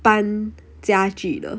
搬家具的